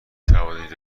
توانید